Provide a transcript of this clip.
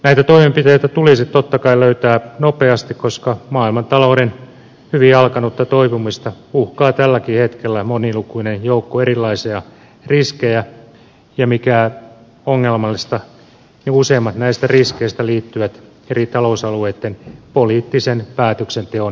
näitä toimenpiteitä tulisi totta kai löytää nopeasti koska maailmantalouden hyvin alkanutta toipumista uhkaa tälläkin hetkellä monilukuinen joukko erilaisia riskejä ja mikä ongelmallista useimmat näistä riskeistä liittyvät eri talousalueitten poliittisen päätöksenteon ongelmiin